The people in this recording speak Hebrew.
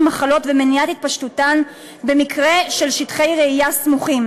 מחלות ומניעת התפשטותן במקרה של שטחי רעייה סמוכים.